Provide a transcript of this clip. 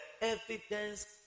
evidence